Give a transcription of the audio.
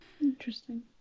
interesting